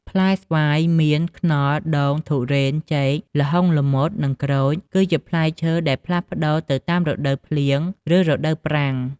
ផ្លែស្វាយ មៀន ខ្នុរ ដូង ធូរ៉េន ចេក ល្ហុង ល្មុត និងក្រូច គឺជាផ្លែឈើដែលផ្លាស់ប្តូរទៅតាមរដូវភ្លៀង ឬរដូវប្រាំង។